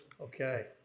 Okay